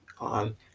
on